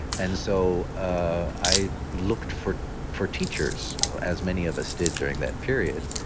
and so, i looked for for teachers as many of us did during that period,